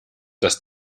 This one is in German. dass